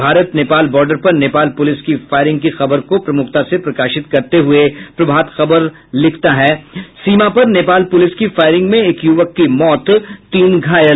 Bharat Nepal border पर Nepal police की firing की खबर को प्रमुखता से प्रकाशित करते हुये प्रभात खबर लिखता है सीमा पर नेपाल पुलिस की फायरिंग में एक यूवक की मौत तीन घायल